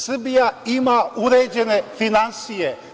Srbija ima uređene finansije.